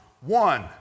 One